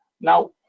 Now